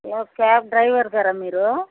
hello cab డ్రైవర్గారా మీరు